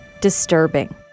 disturbing